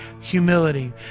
humility